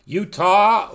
Utah